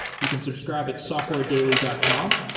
you can subscribe at softwaredaily dot com.